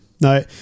no